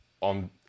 on